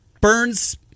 Burns